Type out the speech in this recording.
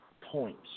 points